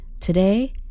Today